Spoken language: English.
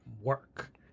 work